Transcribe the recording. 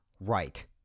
right